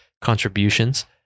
contributions